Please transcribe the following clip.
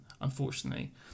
Unfortunately